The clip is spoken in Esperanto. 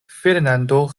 fernando